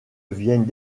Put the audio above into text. viennent